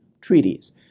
treaties